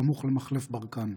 סמוך למחלף ברקן.